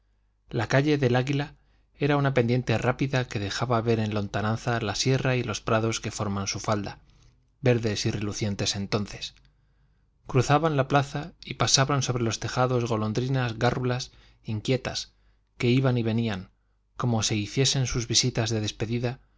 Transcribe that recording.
la calle del águila era una pendiente rápida que dejaba ver en lontananza la sierra y los prados que forman su falda verdes y relucientes entonces cruzaban la plaza y pasaban sobre los tejados golondrinas gárrulas inquietas que iban y venían como si hiciesen sus visitas de despedida